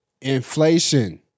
Inflation